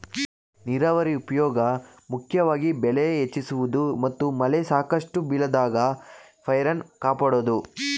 ನೀರಾವರಿ ಉಪ್ಯೋಗ ಮುಖ್ಯವಾಗಿ ಬೆಳೆ ಹೆಚ್ಚಿಸುವುದು ಮತ್ತು ಮಳೆ ಸಾಕಷ್ಟು ಬೀಳದಾಗ ಪೈರನ್ನು ಕಾಪಾಡೋದು